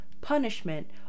punishment